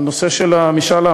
על הנושא של משאל עם.